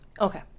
Okay